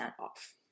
off